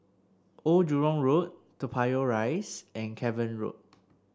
Old Jurong Road Toa Payoh Rise and Cavan Road